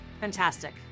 Fantastic